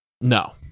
No